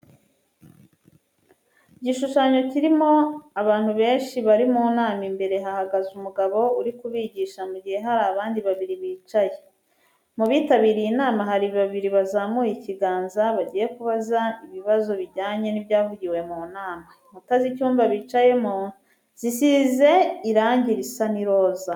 Igishushanyo kirimo abantu benshi bari mu nama imbere hahagaze umugabo uri kubigisha mu gihe hari abandi babiri bicaye. Mu bitabiriye inama hari babiri bazamuye ikiganza bagiye kubaza ibibazo bijyanye n'ibyavugiwe mu nama. Inkuta z'icyumba bicayemo zisize irangi risa n'iroza.